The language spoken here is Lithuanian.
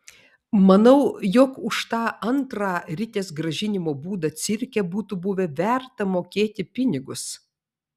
manau jog už tą antrą ritės grąžinimo būdą cirke būtų buvę verta mokėti pinigus